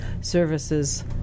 services